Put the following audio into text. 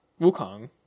Wukong